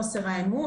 על חוסר האמון,